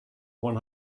one